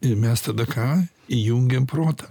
ir mes tada ką įjungiam protą